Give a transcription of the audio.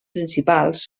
principals